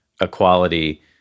equality